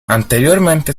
anteriormente